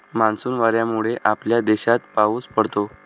monsoon वाऱ्यांमुळे आपल्या देशात पाऊस पडतो